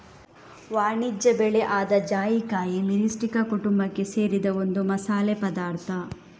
ವಾಣಿಜ್ಯ ಬೆಳೆ ಆದ ಜಾಯಿಕಾಯಿ ಮಿರಿಸ್ಟಿಕಾ ಕುಟುಂಬಕ್ಕೆ ಸೇರಿದ ಒಂದು ಮಸಾಲೆ ಪದಾರ್ಥ